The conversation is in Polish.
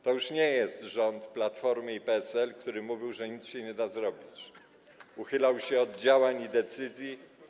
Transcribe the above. To już nie jest rząd Platformy i PSL, który mówił, że nic nie da się zrobić, uchylał się od działań i decyzji.